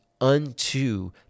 unto